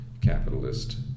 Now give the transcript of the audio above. capitalist